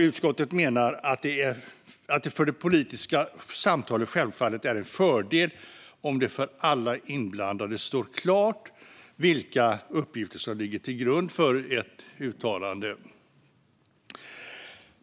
Utskottet menar att det för det politiska samtalet självfallet är en fördel om det för alla inblandade står klart vilka uppgifter som ligger till grund för ett uttalande.